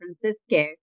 Francisco